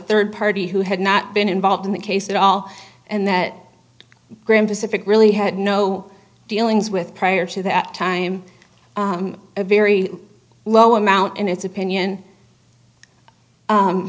third party who had not been involved in the case at all and that graeme pacific really had no dealings with prior to that time a very low amount in its opinion